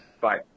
Bye